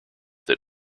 that